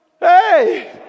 hey